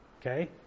Okay